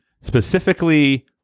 specifically